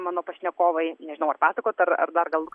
mano pašnekovai nežinau ar pasakot ar ar dar gal